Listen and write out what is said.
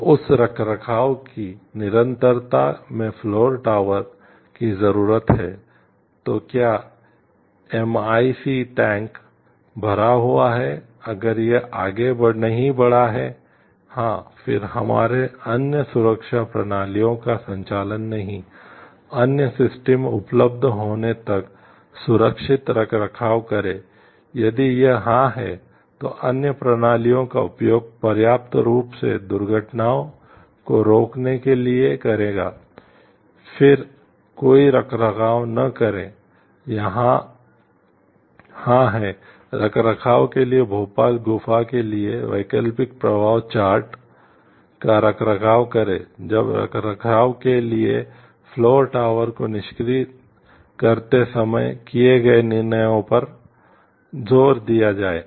तो उस रखरखाव की निरंतरता में फ्लेर टॉवर को निष्क्रिय करते समय किए गए निर्णयों पर जोर दिया जाए